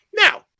Now